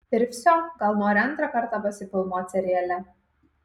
ir vsio gal nori antrą kartą pasifilmuot seriale